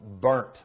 burnt